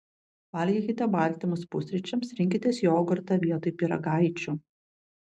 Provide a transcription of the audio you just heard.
valgykite baltymus pusryčiams rinkitės jogurtą vietoj pyragaičių